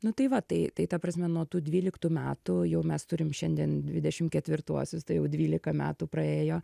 nu tai va tai tai ta prasme nuo tų dvyliktų metų jau mes turim šiandien dvidešim ketvirtuosius tai jau dvylika metų praėjo